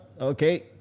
Okay